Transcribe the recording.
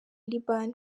liban